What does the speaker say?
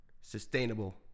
sustainable